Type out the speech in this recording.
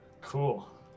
Cool